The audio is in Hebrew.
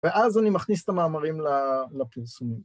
‫ואז אני מכניס את המאמרים לפרסומים.